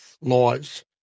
laws